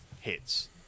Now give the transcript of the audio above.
hits